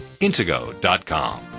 intego.com